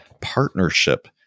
partnership